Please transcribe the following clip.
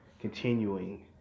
continuing